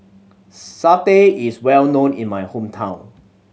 satay is well known in my hometown